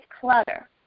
clutter